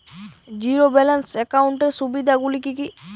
Zero balance একাউন্টের সুবিধা গুলি কি কি?